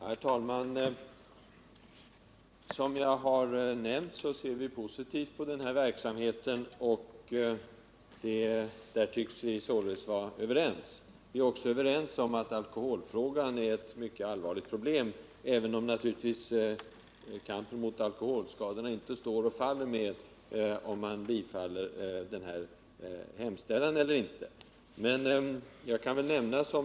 Herr talman! Som jag redan har nämnt ser vi positivt på den här verksamheten, så på den punkten tycks vi vara överens. Vidare är vi överens om att alkoholfrågan är ett mycket allvarligt problem, även om kampen mot alkoholskador naturligtvis inte står eller faller med om man bifaller den här skrivelsen.